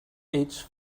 each